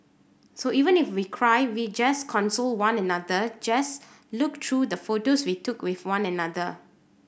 so even if we cry we just console one another just look through the photos we took with one another